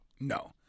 No